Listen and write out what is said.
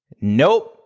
Nope